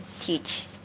teach